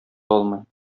алмый